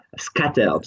scattered